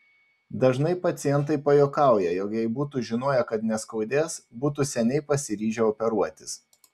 dažnai pacientai pajuokauja jog jei būtų žinoję kad neskaudės būtų seniai pasiryžę operuotis